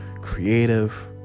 creative